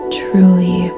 truly